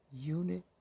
unit